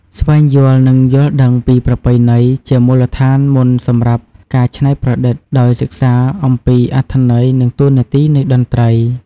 ស្វែងយល់ និងយល់ដឹងពីប្រពៃណី ជាមូលដ្ឋានមុនសម្រាប់ការច្នៃប្រឌិត ដោយសិក្សាអំពីអត្ថន័យនិងតួនាទីនៃតន្ត្រី។